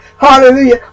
hallelujah